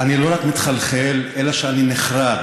אני לא רק מתחלחל אלא אני נחרד